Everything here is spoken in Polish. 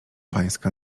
pańska